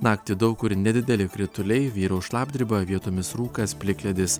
naktį daug kur nedideli krituliai vyraus šlapdriba vietomis rūkas plikledis